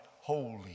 holy